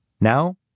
Now